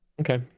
Okay